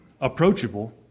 approachable